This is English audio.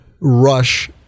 rush